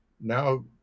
now